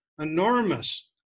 enormous